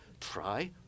Try